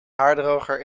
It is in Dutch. haardroger